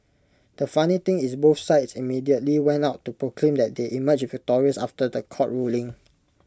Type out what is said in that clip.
the funny thing is both sides immediately went out to proclaim that they emerged victorious after The Court ruling